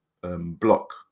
block